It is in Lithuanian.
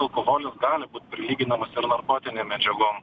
alkoholis gali būt prilyginamas narkotinėm medžiagom